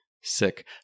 sick